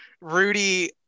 rudy